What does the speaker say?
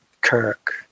Kirk